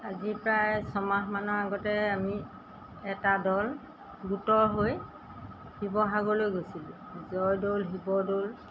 আজি প্ৰায় ছমাহমানৰ আগতে আমি এটা দল গোট হৈ শিৱসাগৰলৈ গৈছিলোঁ জয়দৌল শিৱদৌল